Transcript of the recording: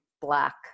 black